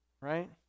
Right